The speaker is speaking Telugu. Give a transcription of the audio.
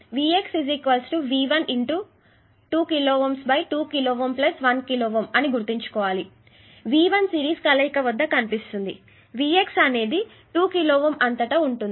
కాబట్టి Vx V1 2 కిలోΩ 2 కిలోΩ 1 కిలోΩ అని గుర్తుంచుకోవాలి ఈ V1 సిరీస్ కలయిక వద్ద కనిపిస్తుంది మరియు vx అనేది 2 కిలోΩ అంతటా ఉంటుంది